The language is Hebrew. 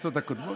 בכנסות הקודמות?